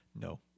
No